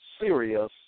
serious